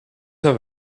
have